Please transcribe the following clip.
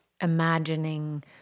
imagining